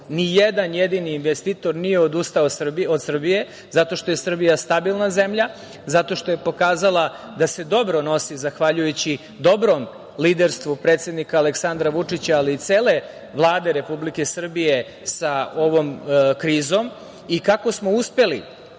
jedan jedini investitor nije odustao od Srbije zato što je Srbija stabilna zemlja, zato što je pokazala da se dobro nosi zahvaljujući dobrom liderstvu predsednika Aleksandra Vučića, ali i cele Vlade Republike Srbije sa ovom krizom i kako smo uspeli